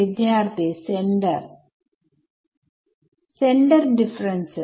വിദ്യാർത്ഥി centre centre differences